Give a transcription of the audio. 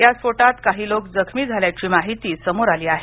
या स्फोटात काही लोक जखमी झाल्याची माहिती समोर आली आहे